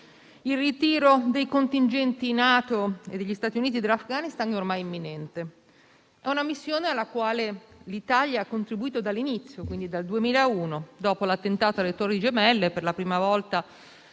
il ritiro dei contingenti NATO e degli Stati Uniti dell'Afghanistan è ormai imminente. È una missione alla quale l'Italia ha contribuito dall'inizio, e quindi dal 2001. Dopo l'attentato alle Torri gemelle per la prima volta